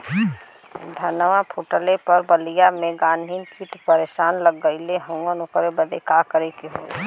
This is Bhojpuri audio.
धनवा फूटले पर बलिया में गान्ही कीट परेशान कइले हवन ओकरे बदे का करे होई?